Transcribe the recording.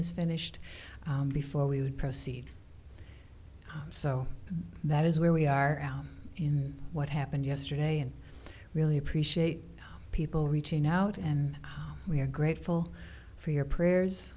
is finished before we would proceed so that is where we are out in what happened yesterday and really appreciate people reaching out and we are grateful for your prayers